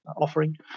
offering